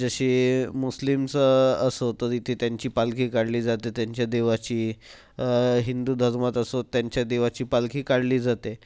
जशी मुस्लिमचं असो तरी ती त्यांची पालखी काढली जाते त्यांच्या देवाची हिंदू धर्मात असो त्यांच्या देवाची पालखी काढली जाते